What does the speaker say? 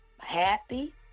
happy